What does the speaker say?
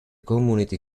community